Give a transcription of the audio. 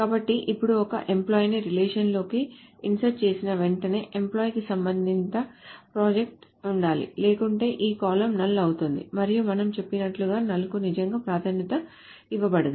కాబట్టి ఇప్పుడు ఒక ఎంప్లాయ్ ని రిలేషన్ లోకి ఇన్సర్ట్ చేసిన వెంటనే ఎంప్లాయ్ కి సంబంధిత ప్రాజెక్ట్ ఉండాలి లేకుంటే ఈ కాలమ్ null అవుతుంది మరియు మనం చెప్పినట్లుగా నల్ కు నిజంగా ప్రాధాన్యత ఇవ్వబడదు